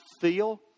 feel